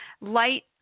light